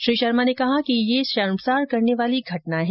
श्री शर्मा ने कहा कि यह शर्मसार करने वाली घटना है